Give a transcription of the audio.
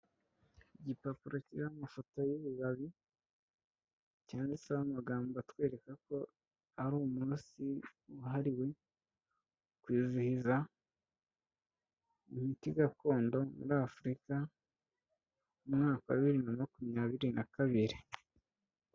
Igipapuro kiriho amafoto y'ibibabi, cyantseho amagambogambo atwereka ko ari umunsi wahariwe kwizihiza, imiti gakondo muri Afurika mu mwaka wa bibiri na makumyabiri na kabiri.